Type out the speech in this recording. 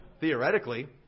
theoretically